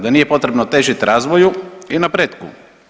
Da nije potrebno težiti razvoju i napretku.